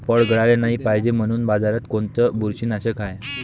फळं गळाले नाही पायजे म्हनून बाजारात कोनचं बुरशीनाशक हाय?